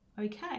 okay